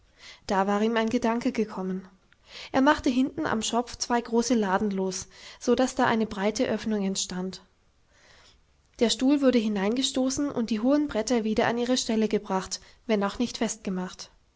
da war ihm ein gedanke gekommen er machte hinten am schopf zwei große laden los so daß da eine breite öffnung entstand der stuhl wurde hineingestoßen und die hohen bretter wieder an ihre stelle gebracht wenn auch nicht festgemacht